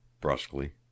Brusquely